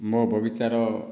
ମୋ' ବଗିଚାର